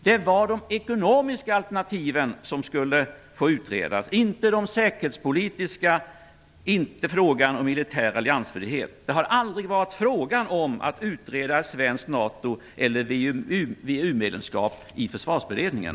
Det var de ekonomiska alternativen som skulle utredas, inte de säkerhetspolitiska och inte frågan om militär alliansfrihet. Det har aldrig varit fråga om att utreda ett svenskt NATO eller VEU-medlemskap i Försvarsberedningen.